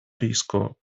risko